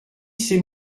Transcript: c’est